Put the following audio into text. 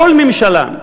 כל ממשלה,